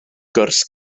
gwrs